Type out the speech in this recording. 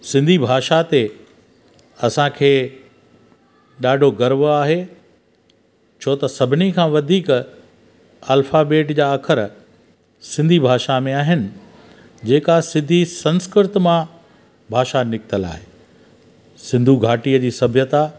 सिंधी भाषा ते असांखे ॾाढो गर्व आहे छो त सभिनी खां वधीक अल्फ़ाबेट जा अखर सिंधी भाषा में आहिनि जेका सिधी संस्कृत मां भाषा निकितल आहे सिंधू घाटीअ जी सभ्यता